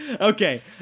Okay